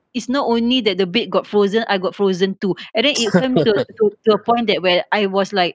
it's not only that the bed got frozen I got frozen too and then even to to to the point that where I was like